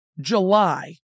July